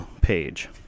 page